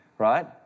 right